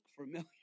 familiar